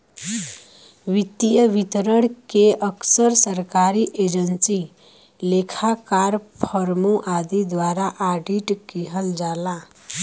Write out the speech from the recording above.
वित्तीय विवरण के अक्सर सरकारी एजेंसी, लेखाकार, फर्मों आदि द्वारा ऑडिट किहल जाला